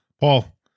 Paul